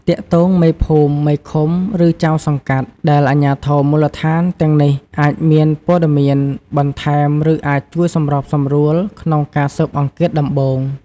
ទាក់ទងមេភូមិ មេឃុំ ឬ ចៅសង្កាត់ ដែលអាជ្ញាធរមូលដ្ឋានទាំងនេះអាចមានព័ត៌មានបន្ថែម ឬអាចជួយសម្របសម្រួលក្នុងការស៊ើបអង្កេតដំបូង។